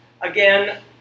again